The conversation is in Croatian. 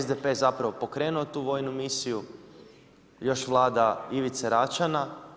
SDP je zapravo pokrenuo tu vojnu misiju, još Vlada Ivice Račana.